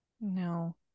No